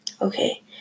Okay